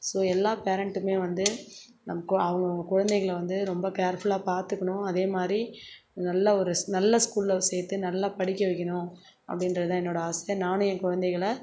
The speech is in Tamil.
ஸோ எல்லா பேரண்ட்டுமே வந்து நம்ம கு அவங்கவுங்க குழந்தைகளை வந்து ரொம்ப கேர்ஃபுல்லாக பாத்துக்கணும் அதே மாதிரி நல்ல ஒரு நல்ல ஸ்கூலில் சேர்த்து நல்லா படிக்க வைக்கணும் அப்படின்றது தான் என்னோடய ஆசை நானும் என் குழந்தைகளை